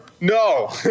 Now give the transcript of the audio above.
No